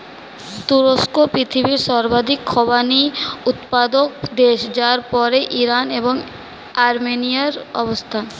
তুরস্ক পৃথিবীর সর্বাধিক খোবানি উৎপাদক দেশ যার পরেই ইরান এবং আর্মেনিয়ার অবস্থান